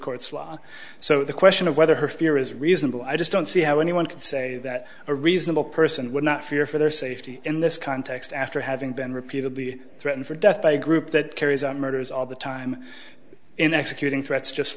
court's law so the question of whether her fear is reasonable i just don't see how anyone can say that a reasonable person would not fear for their safety in this context after having been repeatedly threatened for death by a group that carries on murders all the time in executing threats just